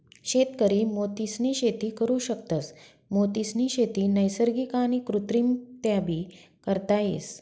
शेतकरी मोतीसनी शेती करु शकतस, मोतीसनी शेती नैसर्गिक आणि कृत्रिमरीत्याबी करता येस